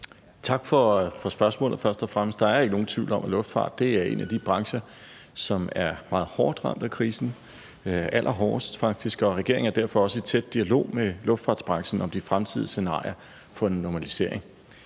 og fremmest er der ikke nogen tvivl om, at luftfart er en af de brancher, som er meget hårdt ramt af krisen, allerhårdest faktisk, og regeringen er derfor også i tæt dialog med luftfartsbranchen om de fremtidige scenarier for en normalisering.